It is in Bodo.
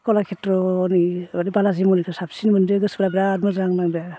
कलाक्षेत्र'नि ओरै बालाजि मन्दिरखौ साबसिन मोन्दों गोसोफ्रा बिरात मोजां नांदों आरो